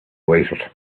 waited